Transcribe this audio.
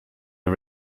are